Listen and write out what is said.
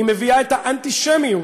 היא מביאה אתה אנטישמיות.